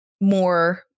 more